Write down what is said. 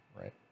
right